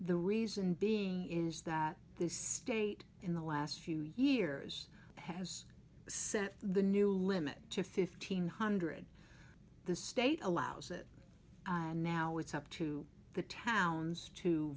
the reason being is that the state in the last few years has set the new limit to fifteen hundred the state allows it and now it's up to the towns to